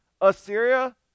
Assyria